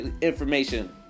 information